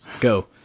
Go